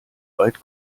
weit